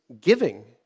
giving